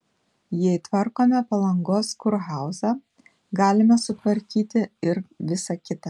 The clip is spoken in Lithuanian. jei tvarkome palangos kurhauzą galime sutvarkyti ir visa kita